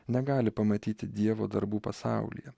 negali pamatyti dievo darbų pasaulyje